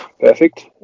Perfect